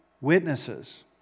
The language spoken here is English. witnesses